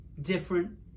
different